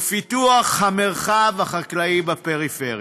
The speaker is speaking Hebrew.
ולפיתוח המרחב החקלאי בפריפריה.